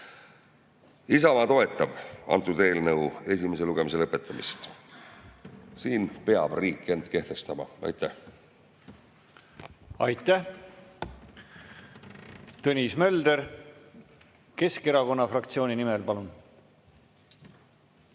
Isamaa toetab selle eelnõu esimese lugemise lõpetamist. Siin peab riik end kehtestama. Aitäh! Aitäh! Tõnis Mölder Keskerakonna fraktsiooni nimel, palun!